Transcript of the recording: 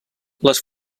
les